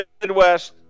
Midwest